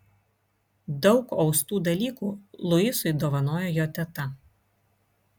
daug austų dalykų luisui dovanojo jo teta